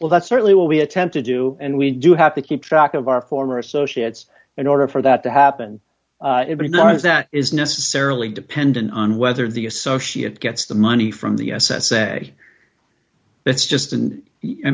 well that's certainly what we attempt to do and we do have to keep track of our former associates in order for that to happen or not is that is necessarily dependent on whether the associate gets the money from the s s a that's just and i